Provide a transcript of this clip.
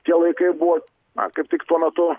tie laikai buvo na kaip tik tuo metu